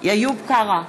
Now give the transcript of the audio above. איוב קרא,